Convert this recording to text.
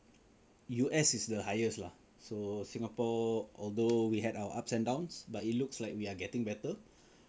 U_S is the highest lah so Singapore although we had our ups and downs but it looks like we are getting better